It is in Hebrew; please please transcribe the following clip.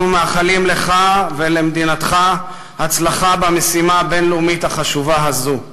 אנחנו מאחלים לך ולמדינתך הצלחה במשימה הבין-לאומית החשובה הזו.